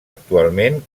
actualment